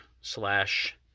slash